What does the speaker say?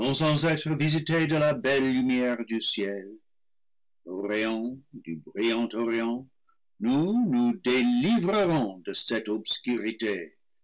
de la belle lumière du ciel au rayon du brillant orient nous nous déli vrerons de cette obscurité